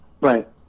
right